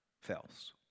fails